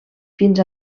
fins